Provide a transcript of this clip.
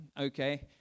okay